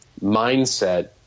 mindset